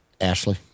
Ashley